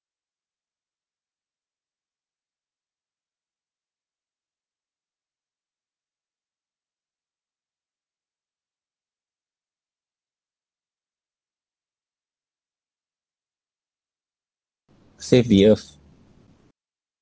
save the earth